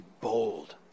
bold